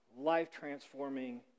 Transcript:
life-transforming